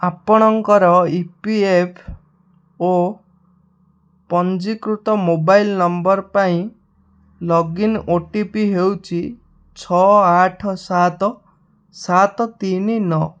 ଆପଣଙ୍କର E P F O ପଞ୍ଜୀକୃତ mobile number ପାଇଁ log in O T P ହେଉଛି ଛଅ ଆଠ ସାତ ସାତ ତିନି ନଅ